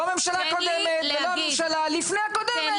לא הממשלה הקודמת ולא הממשלה לפני הקודמת.